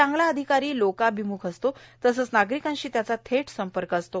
चांगला अधिकारी लोकाभिमुख असतो तसंच नागरिकांशी त्याचा थेट संपर्क असतो